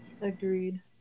Agreed